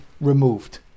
removed